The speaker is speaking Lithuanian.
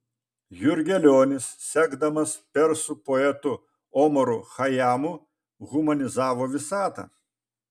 jurgelionis sekdamas persų poetu omaru chajamu humanizavo visatą